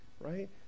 right